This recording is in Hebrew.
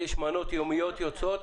יש מנות יומיות שיוצאות.